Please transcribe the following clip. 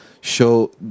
show